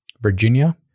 Virginia